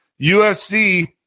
UFC